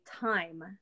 time